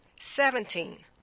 Seventeen